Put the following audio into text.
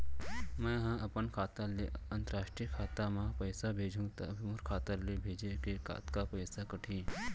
मै ह अपन खाता ले, अंतरराष्ट्रीय खाता मा पइसा भेजहु त मोर खाता ले, भेजे के कतका पइसा कटही?